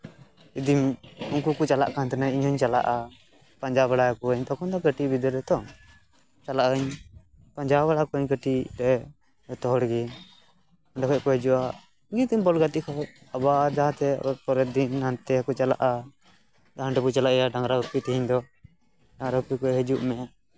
ᱡᱩᱫᱤᱢ ᱩᱱᱠᱩ ᱠᱚ ᱪᱟᱞᱟᱜ ᱠᱟᱱ ᱛᱟᱦᱮᱸᱱᱟ ᱤᱧ ᱦᱚᱸᱧ ᱪᱟᱞᱟᱜᱼᱟ ᱯᱟᱸᱡᱟ ᱵᱟᱲᱟ ᱠᱚᱣᱟᱧ ᱛᱚᱠᱷᱚᱱ ᱫᱚ ᱠᱟᱹᱴᱤᱪ ᱵᱤᱫᱟᱹᱞ ᱨᱮᱛᱚ ᱪᱟᱞᱟᱜ ᱟᱹᱧ ᱯᱟᱸᱡᱟ ᱵᱟᱲᱟ ᱠᱚᱣᱟᱧ ᱠᱟᱹᱴᱤᱪ ᱨᱮ ᱡᱚᱛᱚ ᱦᱚᱲ ᱜᱮ ᱚᱸᱰᱮ ᱠᱷᱚᱱ ᱠᱚ ᱦᱤᱡᱩᱜᱼᱟ ᱵᱩᱜᱤᱛᱮ ᱵᱚᱞ ᱜᱟᱛᱮ ᱠᱚᱡ ᱟᱵᱟᱨ ᱡᱟᱦᱟᱸ ᱛᱮ ᱯᱚᱨᱮᱨ ᱫᱤᱱ ᱦᱟᱱᱛᱮ ᱠᱚ ᱪᱟᱞᱟᱜᱼᱟ ᱦᱟᱸᱰᱮ ᱵᱚᱱ ᱪᱟᱞᱟᱜᱼᱟ ᱰᱟᱝᱨᱟ ᱜᱩᱯᱤ ᱛᱮᱦᱤᱧ ᱫᱚ ᱟᱨᱚ ᱠᱚ ᱞᱟᱹᱭᱟ ᱦᱤᱡᱩᱜ ᱢᱮ